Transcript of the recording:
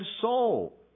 soul